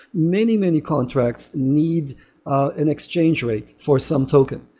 many, many contracts need an exchange rate for some token.